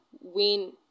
win